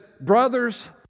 brothers